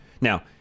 Now